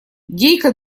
гейка